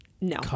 No